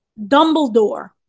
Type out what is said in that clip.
dumbledore